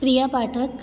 Priya Pathak